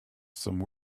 some